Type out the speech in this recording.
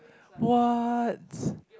what